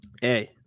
hey